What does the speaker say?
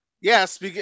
Yes